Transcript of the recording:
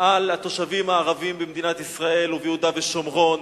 על התושבים הערבים במדינת ישראל וביהודה ושומרון.